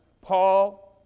Paul